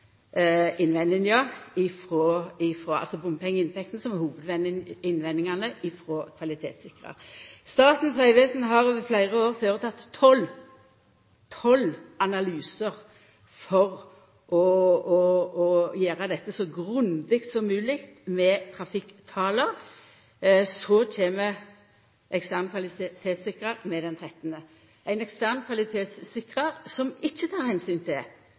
Her er det altså trafikktal og bompengeinntekter som er hovudinnvendinga frå kvalitetssikraren. Statens vegvesen har over fleire år føreteke tolv analysar for å gjera dette så grundig som mogleg med omsyn til trafikktala. Så kjem ekstern kvalitetssikrar med den trettande – ein ekstern kvalitetssikrar som ikkje tek omsyn til